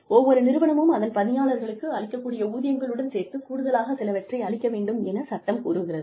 ஒவ்வொரு நிறுவனமும் அதன் பணியாளர்களுக்கு அளிக்கக் கூடிய ஊதியங்களுடன் சேர்த்துக் கூடுதலாக சிலவற்றை அளிக்க வேண்டும் என சட்டம் கூறுகிறது